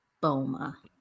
Boma